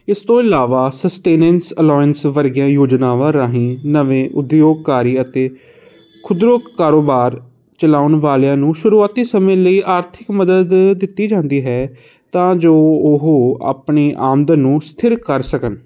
ਇਸ ਤੋਂ ਇਲਾਵਾ ਸਸਟੇਨੈਂਸ ਅਲਾਇੰਸ ਵਰਗੀਆਂ ਯੋਜਨਾਵਾਂ ਰਾਹੀਂ ਨਵੇਂ ਉਦਯੋਗਕਾਰੀ ਅਤੇ ਖੁਦਰੋ ਕਾਰੋਬਾਰ ਚਲਾਉਣ ਵਾਲਿਆਂ ਨੂੰ ਸ਼ੁਰੂਆਤੀ ਸਮੇਂ ਲਈ ਆਰਥਿਕ ਮਦਦ ਦਿੱਤੀ ਜਾਂਦੀ ਹੈ ਤਾਂ ਜੋ ਉਹ ਆਪਣੀ ਆਮਦਨ ਨੂੰ ਸਥਿਰ ਕਰ ਸਕਣ